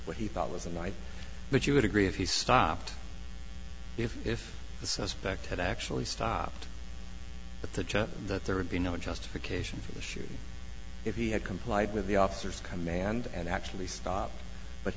what he thought was a knife but you would agree if he stopped if if the suspect had actually stopped at the church that there would be no justification for the shooting if he had complied with the officers command and actually stopped but